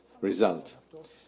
result